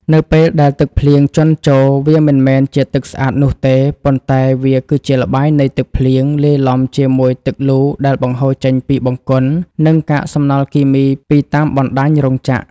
នៅពេលដែលទឹកភ្លៀងជន់ជោរ វាមិនមែនជាទឹកស្អាតនោះទេ ប៉ុន្តែវាគឺជាល្បាយនៃទឹកភ្លៀង លាយឡំជាមួយទឹកលូដែលបង្ហូរចេញពីបង្គន់ និងកាកសំណល់គីមីពីតាមបណ្តាញរោងចក្រ។